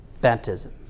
Baptism